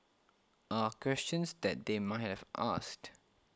are questions that they might have asked